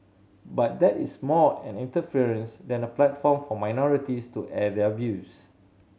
but that is more an inference than a platform for minorities to air their views